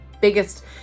biggest